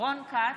רון כץ,